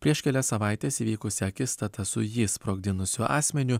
prieš kelias savaites įvykusia akistata su jį sprogdinusiu asmeniu